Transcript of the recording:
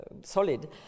solid